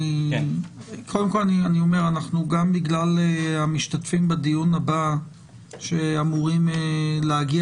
אני אומר שגם בגלל המשתתפים בדיון הבא שאמורים להגיע